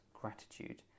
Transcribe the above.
gratitude